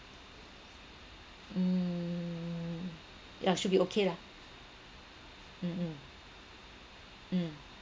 mm yeah should be okay lah mm mm mm